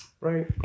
right